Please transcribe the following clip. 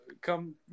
come